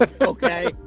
okay